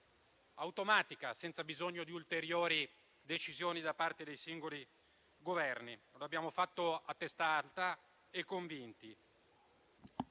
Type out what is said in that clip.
tanti, senza bisogno di ulteriori decisioni da parte dei singoli Governi. Lo abbiamo fatto a testa alta e convinti.